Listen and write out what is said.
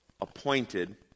appointed